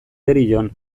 derion